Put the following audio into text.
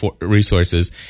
resources